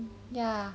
ya